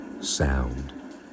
sound